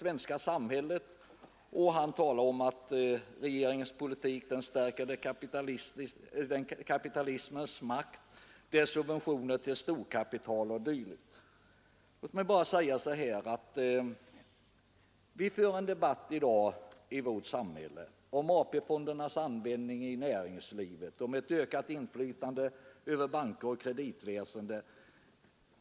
Han har hävdat att regeringens politik stärker kapitalismens makt och innebär subventioner till storkapitalet. Låt mig bara säga att vi i dag för en debatt i vårt samhälle om AP-fondernas användning i näringslivet och om ett ökat inflytande över banker och kreditväsende.